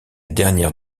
dernière